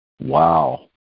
wow